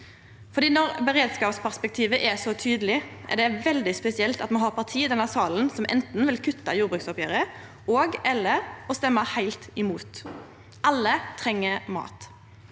Når beredskapsperspektivet er så tydeleg, er det veldig spesielt at me har parti i denne salen som anten vil kutte i jordbruksoppgjeret og/eller stemme heilt imot. Alle treng mat.